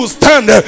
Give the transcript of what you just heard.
stand